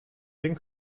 den